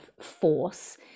force